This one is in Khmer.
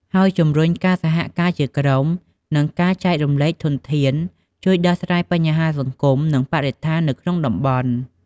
ហើយជំរុញការសហការជាក្រុម និងការចែករំលែកធនធាន ជួយដោះស្រាយបញ្ហាសង្គម និងបរិស្ថាននៅក្នុងតំបន់។